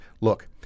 look